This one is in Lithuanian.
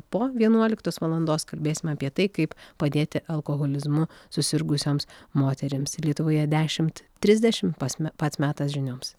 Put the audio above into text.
po vienuoliktos valandos kalbėsime apie tai kaip padėti alkoholizmu susirgusioms moterims lietuvoje dešimt trisdešimt pas me pats metas žinioms